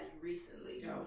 recently